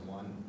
one